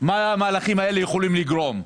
מה המהלכים האלה יכולים לגרום.